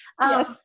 Yes